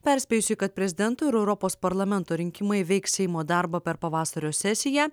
perspėjusi kad prezidento ir europos parlamento rinkimai vyks seimo darbo per pavasario sesiją